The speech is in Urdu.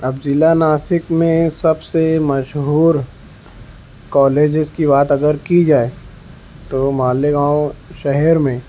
اب ضلع ناسک میں سب سے مشہور کالجز کی بات اگر کی جائے تو مالیگاؤں شہر میں